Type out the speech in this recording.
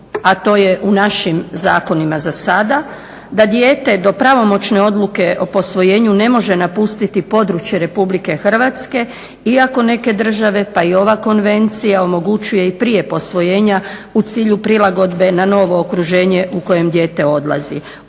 a to je u našim zakonima za sada, da dijete do pravomoćne odluke o posvojenju ne može napustiti područje Republike Hrvatske, iako neke države pa i ova konvencija omogućuje i prije posvojenja u cilju prilagodbe na novo okruženje u koje dijete odlazi,